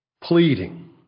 pleading